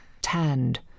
Tanned